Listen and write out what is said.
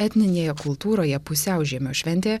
etninėje kultūroje pusiaužiemio šventė